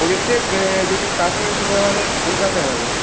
প্রোজেক্টের যে কাজ হবে সেটা আমাদের কলকাতায় হবে